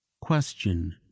Question